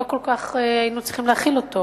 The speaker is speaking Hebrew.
לא כל כך היו צריכים להחיל אותו,